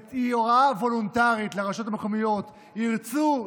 היא הוראה וולונטרית לרשויות המקומיות: ירצו,